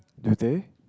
do they